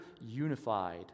unified